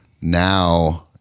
now